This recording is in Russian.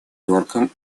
йорком